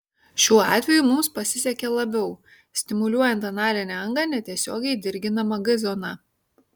šiuo atveju mums pasisekė labiau stimuliuojant analinę angą netiesiogiai dirginama g zona